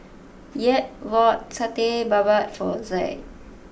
Yvette bought Satay Babat for Zaid